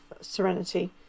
Serenity